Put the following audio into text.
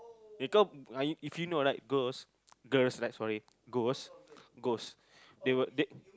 because uh if you no right girls girls like sorry ghost ghost they will they